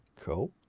cool